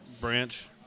branch